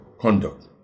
conduct